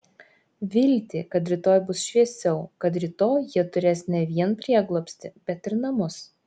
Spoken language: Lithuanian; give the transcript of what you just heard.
viltį kad rytoj bus šviesiau kad rytoj jie turės ne vien prieglobstį bet ir namus